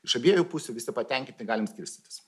iš abiejų pusių visi patenkinti galim skirstytis